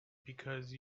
because